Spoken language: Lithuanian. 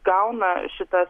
gauna šitas